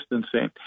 distancing